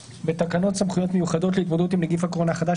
1.תיקון תקנה 2 בתקנות סמכויות מיוחדות להתמודדות עם נגיף הקורונה החדש